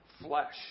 flesh